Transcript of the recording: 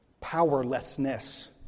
powerlessness